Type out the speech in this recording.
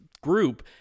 group